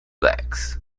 blacks